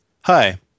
Hi